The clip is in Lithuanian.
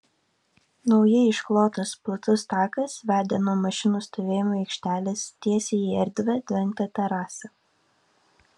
naujai išklotas platus takas vedė nuo mašinų stovėjimo aikštelės tiesiai į erdvią dengtą terasą